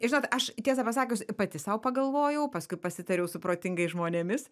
žinot aš tiesą pasakius pati sau pagalvojau paskui pasitariau su protingais žmonėmis